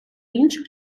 інших